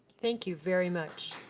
thank you very much.